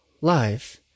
life